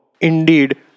indeed